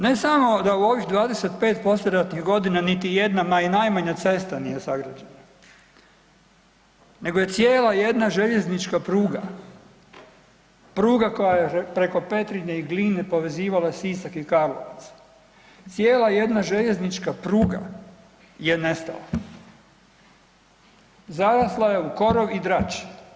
Ne samo da u ovih 26 poslijeratnih godina niti jedna ma i najmanja cesta nije sagrađena, nego je cijela jedna željeznička pruga, pruga koja je preko Petrinje i Gline povezivala Sisak i Karlovac, cijela jedna željeznička pruga je nestala, zarasla je u korov i drač.